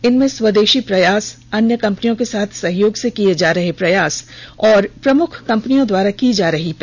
इनमें स्वदेशी प्र यास अन्य कंपनियों के साथ सहयोग से किये जा रहे प्रयास और प्रमुख कंपनियों द्वारा की जा रही पहल शामिल हैं